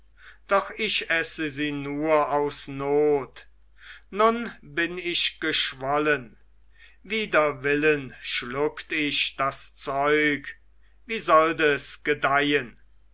doch ich esse sie nur aus not nun bin ich geschwollen wider willen schluckt ich das zeug wie sollt es gedeihen